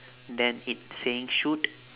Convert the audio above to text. then it saying shoot